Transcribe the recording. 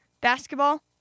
basketball